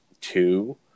two